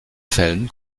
fällen